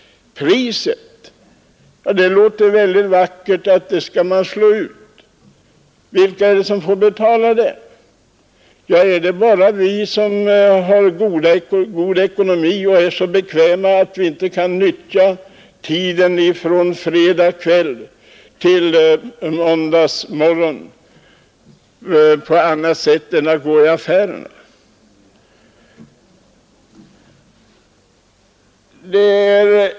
Priset — det låter mycket vackert att man skall slå ut det. Men vilka är det som skall betala? Är det bara vi som har god ekonomi och är så bekväma att vi inte kan nyttja tiden från fredagskvällen till måndagsmorgonen på ett annat sätt än att gå i affärerna?